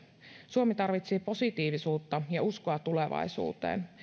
suomi tarvitsee positiivisuutta ja uskoa tulevaisuuteen